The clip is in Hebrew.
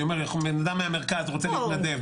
אני אומר בן אדם מהמרכז רוצה להתנדב,